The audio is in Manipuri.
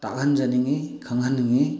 ꯇꯥꯛꯍꯟꯖꯅꯤꯡꯏ ꯈꯪꯍꯟꯅꯤꯡꯏ